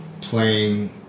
playing